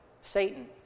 Satan